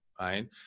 right